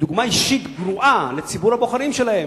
דוגמה אישית גרועה לציבור הבוחרים שלהם.